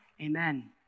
Amen